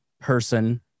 person